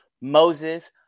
Moses